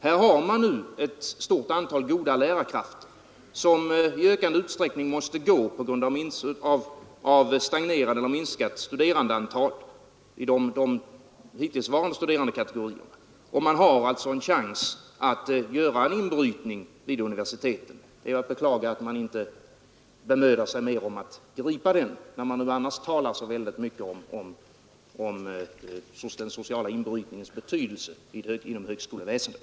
Här har man nu ett stort antal goda lärarkrafter, som i ökande utsträckning måste gå på grund av stagnerande eller minskat studerandeantal i de hittillsvarande studerandekategorierna, och man har alltså en chans att göra en inbrytning vid universiteten. Det är att beklaga att man inte bemödar sig mer om att gripa den, när man annars talar så väldigt mycket om den sociala inbrytningens betydelse inom högskoleväsendet.